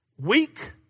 weak